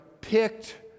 picked